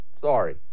Sorry